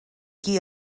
qui